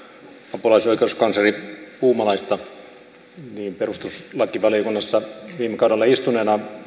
apulaisoikeuskansleri puumalaista niin perustuslakivaliokunnassa viime kaudella istuneena